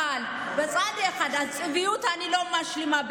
אבל מצד אחד, עם הצביעות אני לא משלימה.